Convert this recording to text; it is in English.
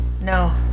No